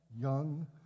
young